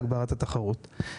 ומהגברת התחרות.